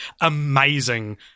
amazing